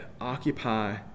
occupy